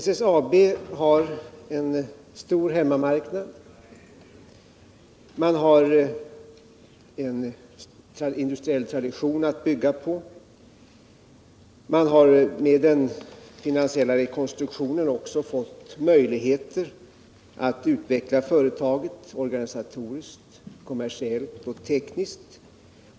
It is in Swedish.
SSAB har en stor hemmamarknad, man har en industriell tradition att bygga på, man har med den finansiella rekonstruktionen också fått möjligheter att utveckla företaget organisatoriskt, kommersiellt och tekniskt.